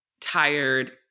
tired